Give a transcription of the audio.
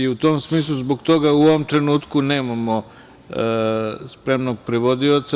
U tom smislu, zbog toga u ovom trenutku nemamo spremnog prevodioca.